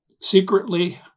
secretly